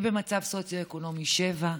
היא הפכה לעיר במצב סוציו-אקונומי 7,